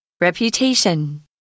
Reputation